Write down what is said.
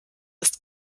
ist